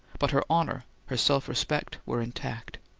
but her honour, her self-respect were intact.